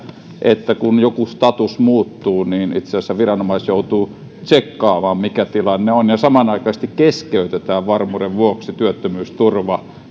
että kun joku status muuttuu niin itse asiassa viranomaiset joutuvat tsekkaamaan mikä tilanne on ja samanaikaisesti keskeytetään varmuuden vuoksi työttömyysturva